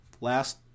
last